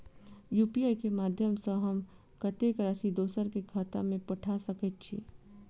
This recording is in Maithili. यु.पी.आई केँ माध्यम सँ हम कत्तेक राशि दोसर केँ खाता मे पठा सकैत छी?